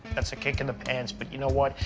that's a kick in the and but you know what?